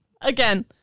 Again